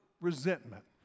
resentment